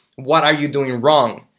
what are you doing wrong?